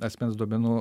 asmens duomenų